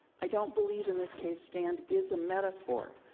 i don't believe in this case stand is a metaphor.